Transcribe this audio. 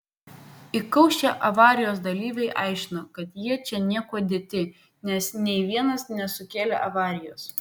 įkaušę avarijos dalyviai aiškino kad jie čia niekuo dėti nes nei vienas nesukėlė avarijos